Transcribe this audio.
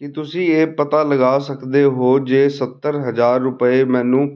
ਕੀ ਤੁਸੀਂਂ ਇਹ ਪਤਾ ਲਗਾ ਸਕਦੇ ਹੋ ਜੇ ਸੱਤਰ ਹਜ਼ਾਰ ਰੁਪਏ ਮੈਨੂੰ